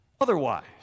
otherwise